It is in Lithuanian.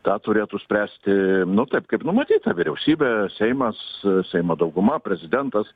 tą turėtų spręsti nu taip kaip numatyta vyriausybė seimas seimo dauguma prezidentas